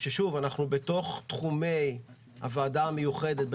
שאנחנו בתוך תחומי הוועדה המיוחדת,